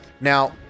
Now